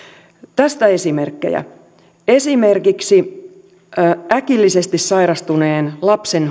tästä esimerkkejä esimerkiksi äkillisesti sairastuneen lapsen